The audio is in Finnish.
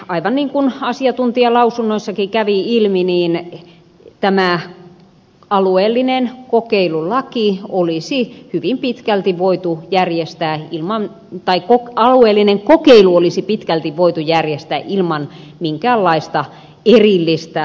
aivan niin kuin asiantuntijalausunnoistakin kävi ilmi tämä alueellinen kokeilu olisi hyvin pitkälti voitu järjestää ilmaan tai alueellinen kokeilu olisi pitkälti voitu ilman minkäänlaista erillistä lakia